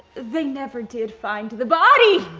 they never did find the body!